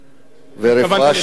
ורפואה שלמה.